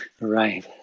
Right